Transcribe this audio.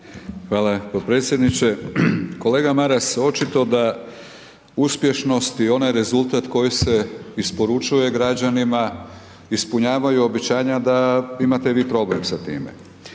Hvala potpredsjedniče. Kolega Maras očito da uspješnosti onaj rezultat koji se isporučuje građanima, ispunjavaju obećanja da imate vi problem sa time.